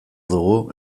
dugu